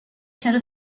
چرا